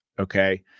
Okay